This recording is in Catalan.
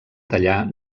tallar